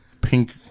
pink